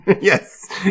Yes